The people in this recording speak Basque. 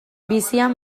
bizian